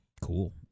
Cool